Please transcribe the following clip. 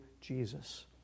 Jesus